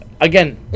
again